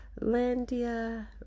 Landia